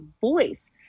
voice